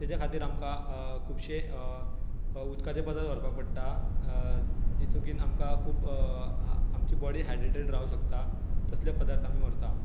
ताज्या खातीर आमकां खुबशे उदकाचे पदार्थ व्हरपाक पडटा जेतुकीन आमकां खूब आ आमची बॉडी हायड्रेटेड रावंक शकता तसले पदार्थ आमी व्हरता